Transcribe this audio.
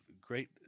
great